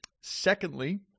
Secondly